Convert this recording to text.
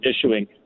issuing